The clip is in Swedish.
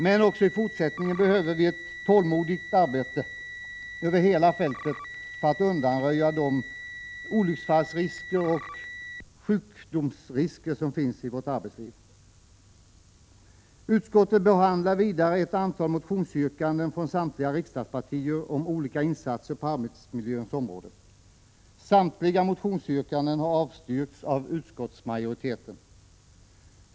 Men också i fortsättningen behövs ett tålmodigt arbete över hela fältet för att undanröja de olycksfallsrisker och risker för sjukdom som finns i vårt arbetsliv. Utskottet behandlar vidare ett antal motionsyrkanden från samtliga riksdagspartier om olika insatser på arbetsmiljöns område. Samtliga motionsyrkanden har avstyrkts av utskottsmajoriteten.